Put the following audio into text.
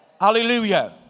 Hallelujah